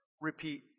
repeat